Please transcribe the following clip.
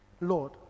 Lord